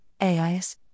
AIS